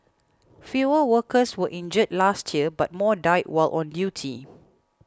fewer workers were injured last year but more died while on duty